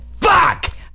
Fuck